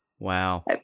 Wow